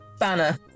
Banner